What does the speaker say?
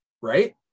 right